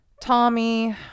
Tommy